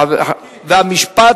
חוק ומשפט,